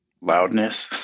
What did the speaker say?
Loudness